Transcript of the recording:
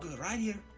right here,